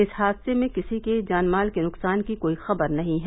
इस हादसे में किसी जानमाल के नुकसान की खबर नहीं है